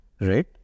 right